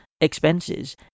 expenses